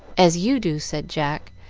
as you do, said jack,